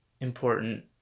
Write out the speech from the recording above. important